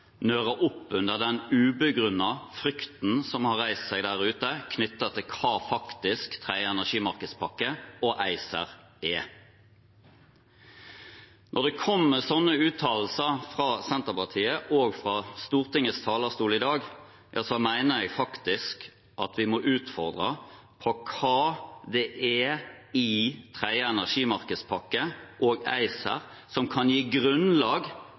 opp under den ubegrunnede frykten som har reist seg der ute knyttet til hva faktisk den tredje energimarkedspakken og ACER er. Når det kommer sånne uttalelser fra Senterpartiet også fra Stortingets talerstol i dag, mener jeg at vi må utfordre på hva det er i den tredje energimarkedspakken og ACER som kan gi grunnlag